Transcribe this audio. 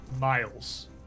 miles